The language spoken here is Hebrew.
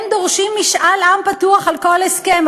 הם דורשים משאל עם פתוח על כל הסכם,